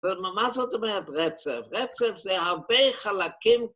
‫מה זאת אומרת רצף? ‫רצף זה הרבה חלקים...